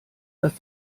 dass